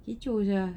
kecoh sia